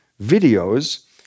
videos